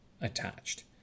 attached